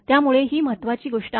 त्यामुळे ही महत्त्वाची गोष्ट आहे